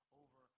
over